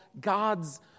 God's